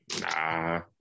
Nah